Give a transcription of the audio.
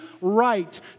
right